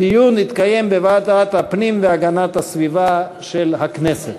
הדיון יתקיים בוועדת הפנים והגנת הסביבה של הכנסת.